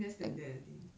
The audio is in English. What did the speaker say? just like there only